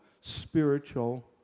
spiritual